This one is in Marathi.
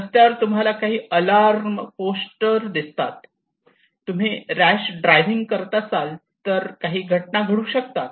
रस्त्यावर तुम्हाला काही अलार्म पोस्टर दिसतात तुम्ही रॅश ड्रायव्हिंग करत असाल तर काही घटना घडू शकतात